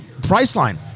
Priceline